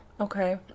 Okay